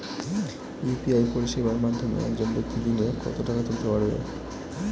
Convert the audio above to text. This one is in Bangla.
ইউ.পি.আই পরিষেবার মাধ্যমে একজন ব্যাক্তি দিনে কত টাকা তুলতে পারবে?